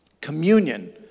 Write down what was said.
Communion